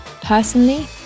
Personally